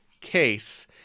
case